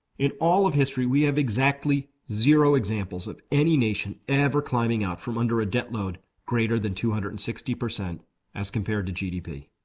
in all of history we have exactly zero examples of any nation ever climbing out from under a debt load greater than two hundred and sixty percent as compared to gdp.